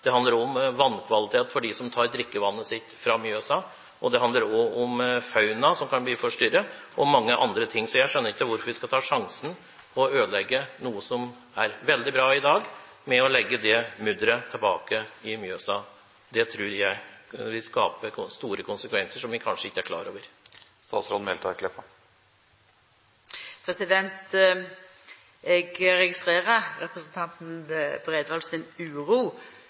Det handler om vannkvalitet for dem som tar drikkevannet sitt fra Mjøsa, og det handler også om fauna som kan bli forstyrret – og mange andre ting. Jeg skjønner ikke hvorfor vi ved å legge mudderet tilbake i Mjøsa skal ta sjansen på å ødelegge noe som er veldig bra i dag. Det tror jeg vil få store konsekvenser som vi kanskje ikke er klar over. Eg registrerer representanten Bredvold si uro.